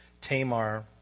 Tamar